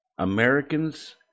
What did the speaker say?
Americans